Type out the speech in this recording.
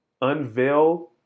unveil